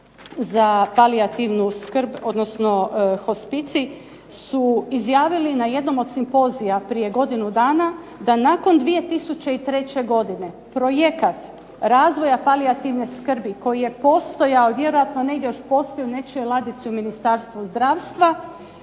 za palijativnu skrb, odnosno hospicij su izjavili na jednom od simpozija prije godinu dana da nakon 2003. godine projekat razvoja palijativne skrbi koji je postojao, vjerojatno negdje još postoji u nečijoj ladici u Ministarstvu zdravstva